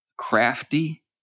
Crafty